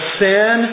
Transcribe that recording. sin